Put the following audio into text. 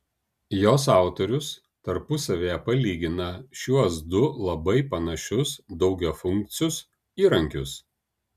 jos autorius tarpusavyje palygina šiuos du labai panašius daugiafunkcius įrankius